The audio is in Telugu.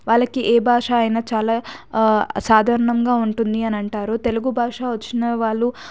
వాళ్ళకి ఏ భాష అయినా చాలా సాధారణంగా ఉంటుంది అని అంటారు తెలుగు భాష వచ్చిన వాళ్ళు